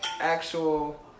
actual